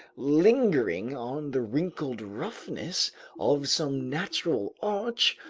lingering on the wrinkled roughness of some natural arch,